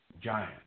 giant